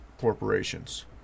corporations